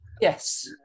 Yes